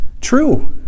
true